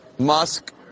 Musk